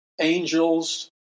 angels